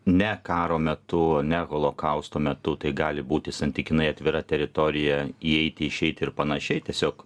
ne karo metu ne holokausto metu tai gali būti santykinai atvira teritorija įeiti išeiti ir panašiai tiesiog